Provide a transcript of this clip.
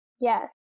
Yes